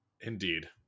indeed